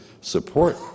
support